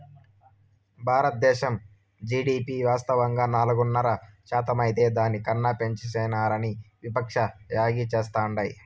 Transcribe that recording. బారద్దేశం జీడీపి వాస్తవంగా నాలుగున్నర శాతమైతే దాని కన్నా పెంచేసినారని విపక్షాలు యాగీ చేస్తాండాయి